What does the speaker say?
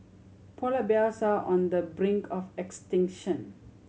polar bears are on the brink of extinction